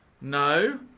No